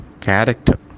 character